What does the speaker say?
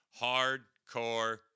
hardcore